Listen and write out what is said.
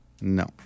No